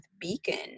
beacon